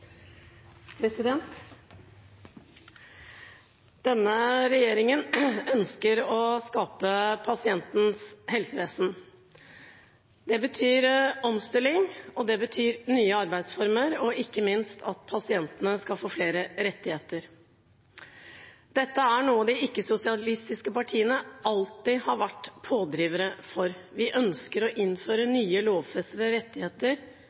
Denne regjeringen ønsker å skape pasientens helsevesen. Det betyr omstilling, nye arbeidsformer og ikke minst at pasientene skal få flere rettigheter. Dette er noe de ikke-sosialistiske partiene alltid har vært pådrivere for. Vi ønsker å innføre nye lovfestede rettigheter